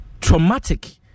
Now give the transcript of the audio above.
traumatic